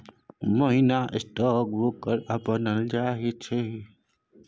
मोहिनी stock broker बनय चाहै छै